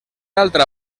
altra